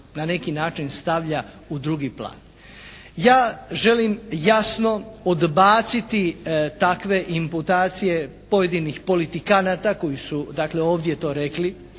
na neki način stavlja u drugi plan. Ja želim jasno odbaciti takve imputacije pojedinih politikanata koji su dakle ovdje to rekli.